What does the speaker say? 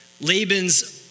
Laban's